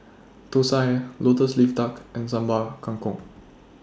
Thosai Lotus Leaf Duck and Sambal Kangkong